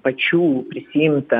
pačių prisiimtą